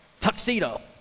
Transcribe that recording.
tuxedo